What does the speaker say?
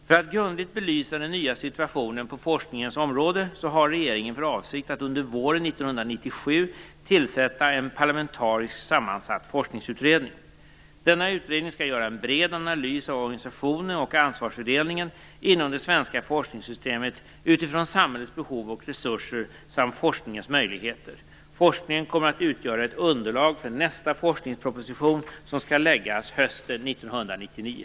För att grundligt belysa den nya situationen på forskningens område har regeringen för avsikt att under våren 1997 tillsätta en parlamentariskt sammansatt forskningsutredning. Denna utredning skall göra en bred analys av organisationen och ansvarsfördelningen inom det svenska forskningssystemet utifrån samhällets behov och resurser samt forskningens möjligheter. Utredningen kommer att utgöra ett underlag för nästa forskningsproposition, som skall läggas fram hösten 1999.